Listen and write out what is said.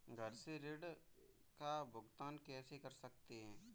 घर से ऋण का भुगतान कैसे कर सकते हैं?